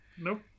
Nope